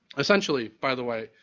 essentially, by the way,